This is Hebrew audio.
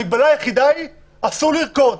המגבלה היחידה היא שאסור לרקוד.